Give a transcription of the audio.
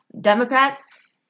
Democrats